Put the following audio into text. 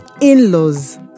in-laws